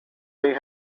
they